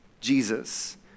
Jesus